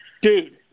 Dude